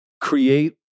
create